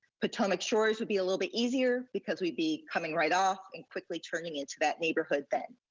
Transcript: potomac shores would be a little bit easier because we'd be coming right off and quickly turning into that neighborhood then.